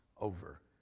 over